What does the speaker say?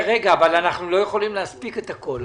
אנחנו לא יכולים להספיק את הכול,